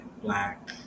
black